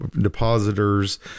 depositors